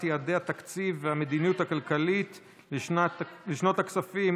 יעדי התקציב והמדיניות הכלכלית לשנות הכספים